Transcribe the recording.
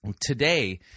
today